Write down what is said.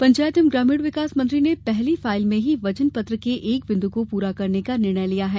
पंचायत एवं ग्रामीण विकास मंत्री ने पहली फाइल में ही वचन पत्र के एक बिन्दु को पूरा करने का निर्णय लिया है